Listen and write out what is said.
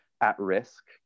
at-risk